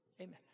Amen